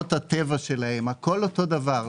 באוצרות הטבע שלהם הכול אותו דבר,